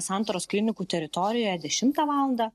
santaros klinikų teritorijoje dešimtą valandą